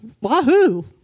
wahoo